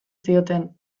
zioten